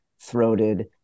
throated